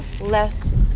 less